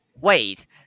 Wait